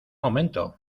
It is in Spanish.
momento